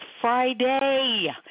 Friday